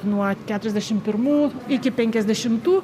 nuo keturiasdešim pirmų iki penkiasdešimtų